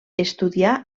estudià